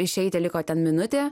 išeiti liko ten minutė